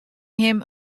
him